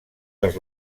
dels